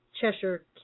Cheshire